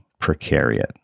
precariat